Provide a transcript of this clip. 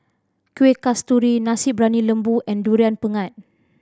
Kueh Kasturi Nasi Briyani Lembu and Durian Pengat